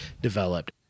developed